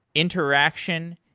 interaction,